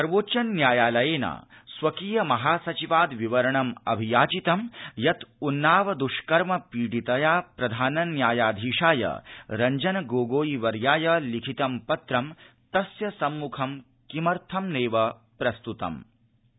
सर्वोच्च न्यायालया स्वकीय महासचिवाद् विवरणम् अभियाचितं यत् उन्नाव दृष्कर्म पीडितया प्रधान न्यायाधीशाय रंजन गोगोई वर्याय लिखितं पत्रं तस्य सम्मुखं किमर्थं नैव प्रस्तुतमिति